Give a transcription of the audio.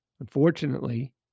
Unfortunately